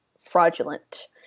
fraudulent